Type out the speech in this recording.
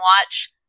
watch